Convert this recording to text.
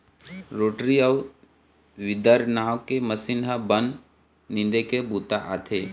rotary अउ weeder नांव के मसीन ह बन निंदे के बूता आथे